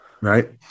Right